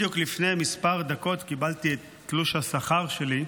בדיוק לפני כמה דקות קיבלתי את תלוש השכר שלי,